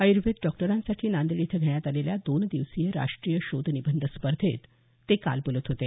आय़र्वेद डॉक्टरांसाठी नांदेड इथं घेण्यात आलेल्या दोन दिवसीय राष्टीय शोध निबंध स्पर्धेत ते काल बोलत होते